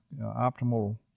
optimal